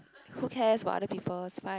who cares about other people it's fine